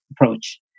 approach